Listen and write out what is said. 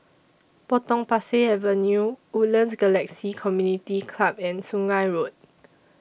Potong Pasir Avenue Woodlands Galaxy Community Club and Sungei Road